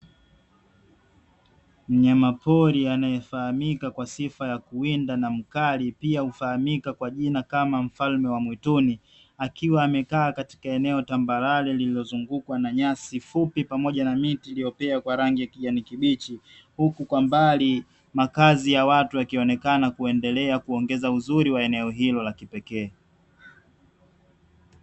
Mnyama pori anayefahamika kwa sifa ya kuwinda na mkali, pia ufahamika kwa jina kama mfalme wa mwituni, akiwa amekaa katika eneo tambalale lililozungukwa na nyasi fupi pamoja na miti iliyopea kwa rangi ya kijani kibichi, huku kwa mbali makazi ya watu yakionekana kuendelea kuongeza uzuri wa eneo hilo la kipekee.